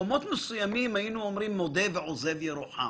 במקומות מסוימים היינו אומרים: "מודה ועוזב ירוחם",